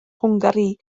hwngari